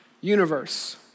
universe